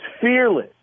fearless